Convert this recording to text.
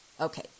Okay